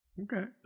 okay